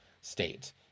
state